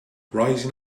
rising